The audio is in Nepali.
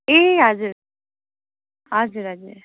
ए हजुर हजुर हजुर